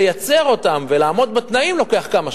לייצר אותן ולעמוד בתנאים לוקח כמה שנים.